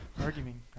Arguing